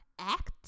act